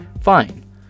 Fine